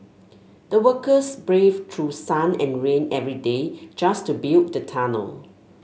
the workers braved through sun and rain every day just to build the tunnel